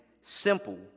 simple